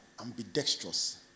ambidextrous